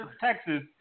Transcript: Texas